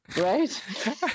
Right